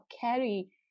carry